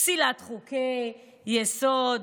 פסילת חוקי-יסוד.